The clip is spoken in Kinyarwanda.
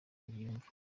nsengiyumva